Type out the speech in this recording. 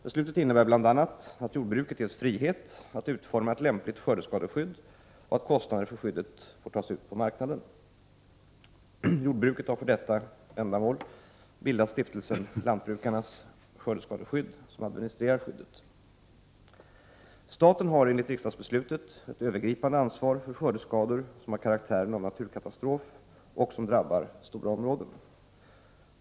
Beslutet innebär bl.a. att jordbruket ges frihet att utforma ett lämpligt skördeskadeskydd och att kostnader för skyddet får tas ut på marknaden. Jordbruket har för detta ändamål bildat Stiftelsen Lantbrukarnas skördeskadeskydd som administrerar skyddet. Staten har enligt riksdagsbeslutet ett övergripande ansvar för skördeskador som har karaktären av naturkatastrof och som drabbar stora områden.